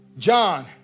John